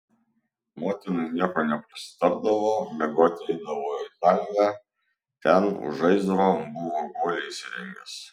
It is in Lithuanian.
motinai nieko neprasitardavo miegoti eidavo į kalvę ten už žaizdro buvo guolį įsirengęs